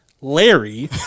Larry